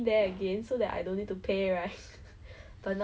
interested in or like like oh